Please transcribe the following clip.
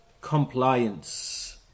compliance